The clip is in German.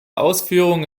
ausführung